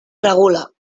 regula